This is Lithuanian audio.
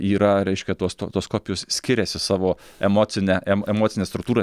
yra reiškia tos to tos kopijos skiriasi savo emocine emocine struktūra